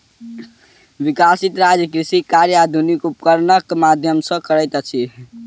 विकसित राज्य कृषि कार्य आधुनिक उपकरणक माध्यम सॅ करैत अछि